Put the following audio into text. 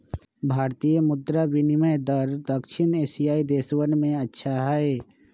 भारतीय मुद्र के विनियम दर दक्षिण एशियाई देशवन में अच्छा हई